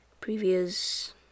previous